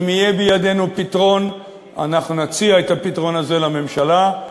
אם יהיה בידנו פתרון אנחנו נציע את הפתרון הזה לממשלה,